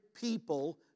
people